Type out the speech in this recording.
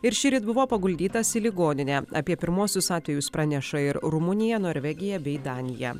ir šįryt buvo paguldytas į ligoninę apie pirmuosius atvejus praneša ir rumunija norvegija bei danija